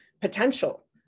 potential